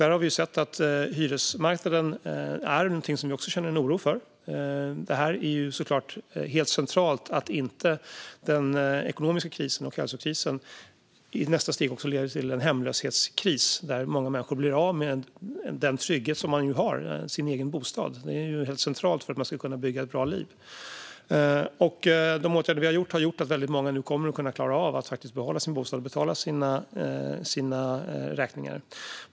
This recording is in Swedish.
Vi har sett att hyresmarknaden är någonting som vi också känner en oro för. Det är såklart helt centralt att den ekonomiska krisen och hälsokrisen inte i nästa steg också leder till en hemlöshetskris då många människor blir av med den trygghet som de har i form av sin egen bostad. Det är helt centralt för att man ska kunna bygga ett bra liv. De åtgärder som vi har vidtagit har gjort att väldigt många nu kommer att klara av att faktiskt behålla sin bostad och betala sina räkningar.